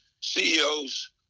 CEOs